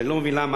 אני לא מבין למה,